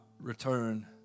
return